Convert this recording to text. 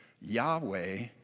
Yahweh